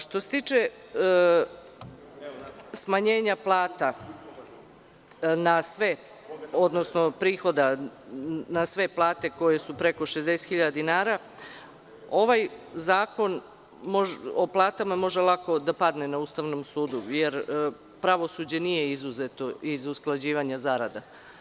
Što se tiče smanjenja plata, odnosno prihoda na sve plate koje su preko 60.000 dinara, ovaj zakon o platama može lako da padne na Ustavnom sudu, jer pravosuđe nije izuzeto iz usklađivanja zarada.